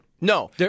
No